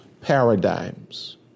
paradigms